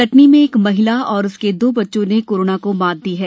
कटनी में एक महिला और उसके दो बच्चों ने कोरोना को मात दी है